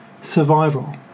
survival